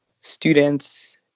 students